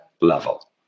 level